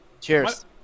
Cheers